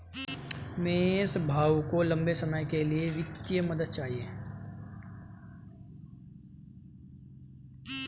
महेश भाऊ को लंबे समय के लिए वित्तीय मदद चाहिए